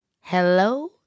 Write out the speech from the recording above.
Hello